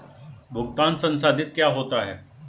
भुगतान संसाधित क्या होता है?